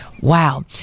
wow